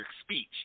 speech